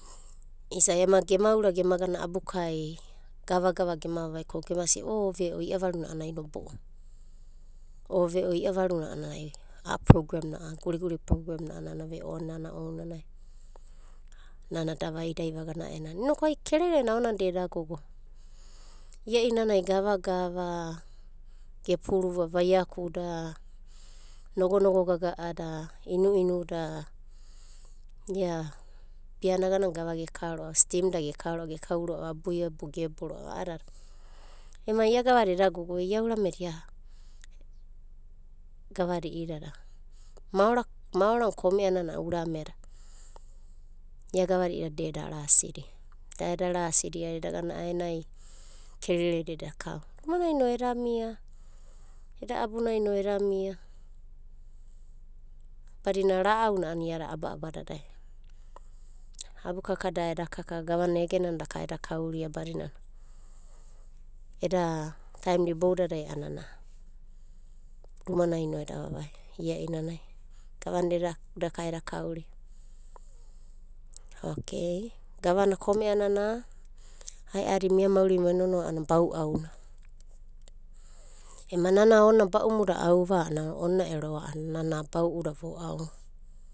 Isa'i ema gema ura gema gana abukai gavagava gema vavai ko gema sta o ve'o iavaruna a'anai nobo'ona, o veb iavaruna a'anai a'a progremna a'a guriguri program na a'anana ve on ounanai nana da vaidai vagana a'aenanana. Inokai kerere na aonanai vagana a'onanai da eda gogo. Ie'inanai gavgava gepuruva aiakuda, nogo gaga'ada, inu inuda, ia biana aganana gava geka ro'a stimda geka ro'ava ada gekau ro'ava abu ebo gebo ro'ava. Mai ada gavada eda gogo ia gavada i'idada. Maorana kome'a nana a'ana urame da. Ia gavada i'idada da eda rasidia, da eda ai edagana a'aenanai kerere da eda kau. Eda abunaino eda mia badina ra'auna a'ana iada abadadai. Abu kaka da eda kaka, gavana egenana daka eda kauria badina eda taem da iboudadai a'anana rumananaino eda vavai iainanai. Gavana daka eda kauria okei gavana kome'anana aeadi mia maurina venonoa a'ana bau'auna. Ema nana ona ba'umuda a'au va a'ana ona ero a'ana bau'uda vo'au.